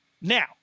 Now